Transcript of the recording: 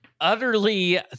Utterly